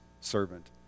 servant